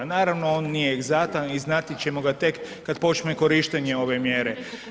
Naravno, on nije egzaktan i znati ćemo ga tek kad počne korištenje ove mjere.